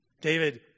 David